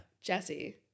Jesse